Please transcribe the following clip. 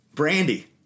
Brandy